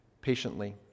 patiently